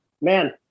Man